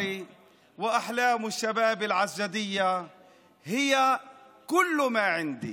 צוף הפרחים שלי וחלומות הפז של הנערים הם כל מה שיש לי.